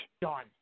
done